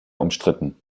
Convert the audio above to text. umstritten